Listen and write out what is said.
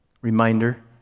Reminder